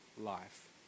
life